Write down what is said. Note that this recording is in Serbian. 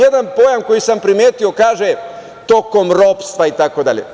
Jedan pojam koji sam primetio kaže – tokom ropstva, itd.